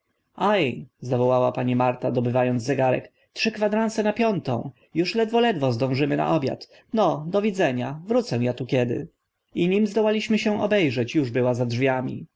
zawołała pani marta dobywa ąc zegarek trzy kwadranse na piątą już ledwo ledwo zdążymy na obiad no do widzenia wrócę a tu kiedy i nim zdołaliśmy się obe rzeć uż była za drzwiami